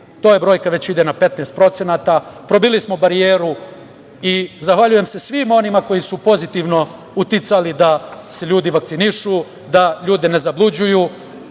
to je brojka koja već ide na 15%, probili smo barijeru i zahvaljujem se svima onima koji su pozitivno uticali da se ljudi vakcinišu, da ljude ne zaluđuju,